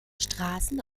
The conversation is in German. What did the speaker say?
straßen